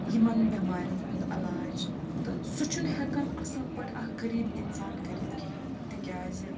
یِمَن بٮ۪مارٮ۪ن ہُنٛد علاج تہٕ سُہ چھُنہٕ ہٮ۪کان اَصٕل پٲٹھۍ اَکھ غریٖب اِنسان کٔرِتھ کِہیٖنۍ تِکیٛازِ